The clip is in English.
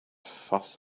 fuss